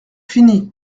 fini